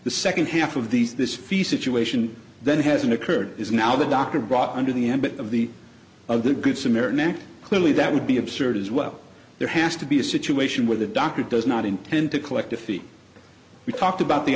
the second half of these this fee situation then hasn't occurred is now the doctor brought under the ambit of the of the good samaritan act clearly that would be absurd as well there has to be a situation where the doctor does not intend to collect defeat we talked about the